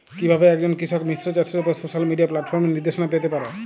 কিভাবে একজন কৃষক মিশ্র চাষের উপর সোশ্যাল মিডিয়া প্ল্যাটফর্মে নির্দেশনা পেতে পারে?